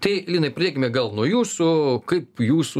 tai linai pradėkime gal nuo jūsų kaip jūsų